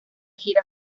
gira